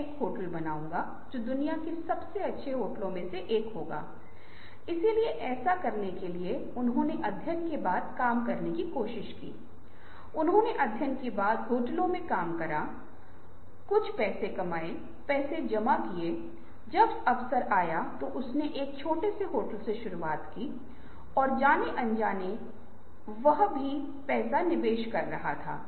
और एक बार जब दस सबसे अच्छा विचार है कि वहां कौन कैसे कब और किसने आपको इसे टैग किया है एक फ्लिप चार्ट पर क्या कहां कैसे कब कैसे आप इसे डाल दिया जैसे प्रश्न संलग्न करें